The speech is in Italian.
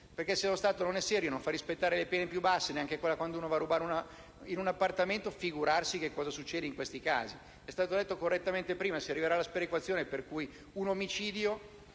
perché se lo Stato non è serio e non fa rispettare le pene più basse, nemmeno quando si verifica un furto in appartamento, figurarsi che cosa succede in questi casi. È stato detto correttamente prima: si arriverà ad una sperequazione per cui per un omicidio